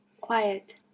Quiet